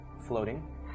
floating